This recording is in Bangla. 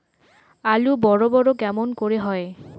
আলু বড় বড় কেমন করে হয়?